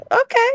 okay